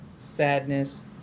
sadness